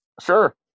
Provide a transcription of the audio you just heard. Sure